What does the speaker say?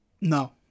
No